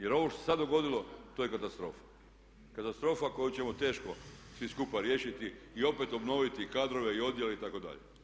Jer ovo što se sada dogodilo to je katastrofa, katastrofa koju ćemo teško svi skupa riješiti i opet obnoviti kadrove i odjele itd…